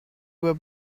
were